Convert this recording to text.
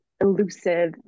elusive